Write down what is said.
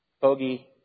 bogey